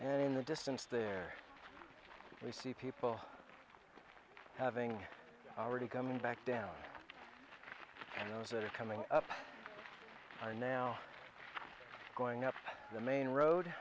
and in the distance there we see people having already come back down and those that are coming up are now going up the main road